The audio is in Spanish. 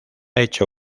hecho